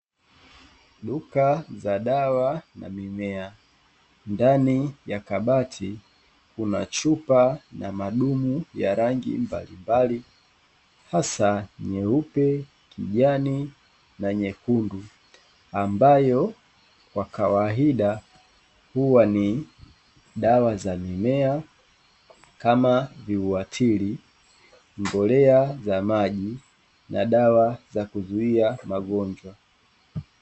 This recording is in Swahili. Duka za dawa na mimea, ndani ya kabati, una chupa na madumu ya rangi mbalimbali, hasa nyeupe, kijani na nyekundu, ambayo kwa kawaida huwa ni dawa za mimea kama viuatili, mbolea za maji, na dawa za kuzuia magonjwa.